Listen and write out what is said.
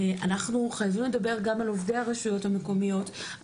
אנחנו חייבים לדבר גם על עובדי הרשויות המקומיות,